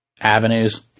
Avenues